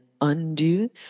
undo